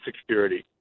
security